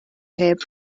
heb